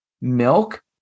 Milk